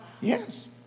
Yes